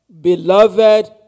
beloved